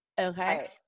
Okay